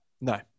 no